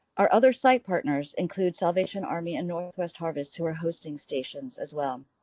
our other site partners include salvation army and northwest harvest who are hosting stations as well.